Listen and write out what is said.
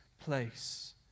place